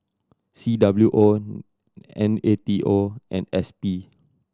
C W O N A T O and S P